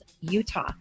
Utah